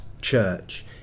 church